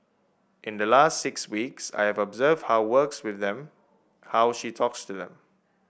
in the last six weeks I have observed how works with them how she talks to them